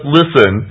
listen